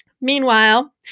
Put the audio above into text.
Meanwhile